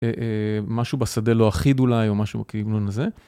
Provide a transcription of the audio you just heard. משהו בשדה לא אחיד אולי, או משהו כגון זה.